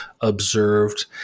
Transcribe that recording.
observed